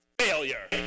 failure